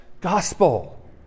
gospel